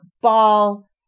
ball